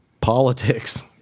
politics